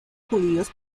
judíos